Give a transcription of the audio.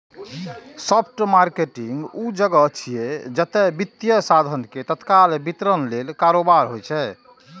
spot market ऊ जगह छियै, जतय वित्तीय साधन के तत्काल वितरण लेल कारोबार होइ छै